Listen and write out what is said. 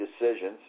decisions